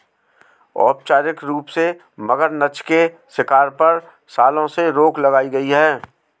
औपचारिक रूप से, मगरनछ के शिकार पर, सालों से रोक लगाई गई है